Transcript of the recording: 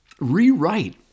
rewrite